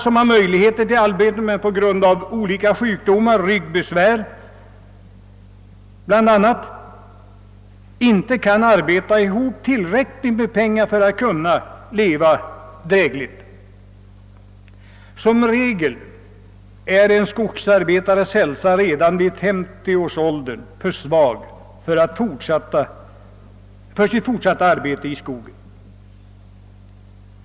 Andra har möjligheter att få arbete, men kan på grund av olika sjukdomar — bl.a. ryggbesvär — inte förtjäna tillräckligt med pengar för att leva drägligt. Som regel är en skogsarbetares hälsa redan vid 50 års ålder för svag för ett fortsatt arbete i skogen.